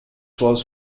was